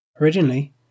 Originally